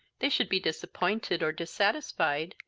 they should be disappointed, or dissatisfied,